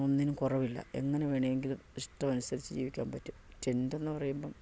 ഒന്നിനും കുറവില്ല എങ്ങനെ വേണമെങ്കിലും ഇഷ്ടം അനുസരിച്ചു ജീവിക്കാൻ പറ്റും റ്റെൻ്റെന്ന് പറയുമ്പം